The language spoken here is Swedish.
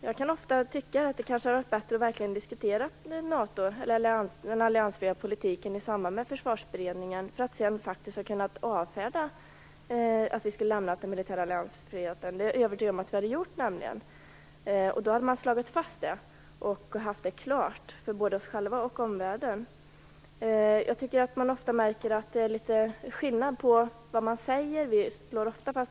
Jag kan ofta tycka att det kanske hade varit bättre om man verkligen hade diskuterat NATO och den alliansfria politiken i samband med Försvarsberedningen så att man hade kunnat avfärda påståendet att vi skall lämna den militära alliansfriheten. Det är jag nämligen övertygad om att vi hade gjort. Då hade det slagits fast och det hade varit klart för både oss själva och för omvärlden. Jag tycker ofta att jag märker en liten skillnad mellan vad man säger och vad man gör.